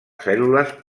cèl·lules